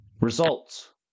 results